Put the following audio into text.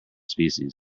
species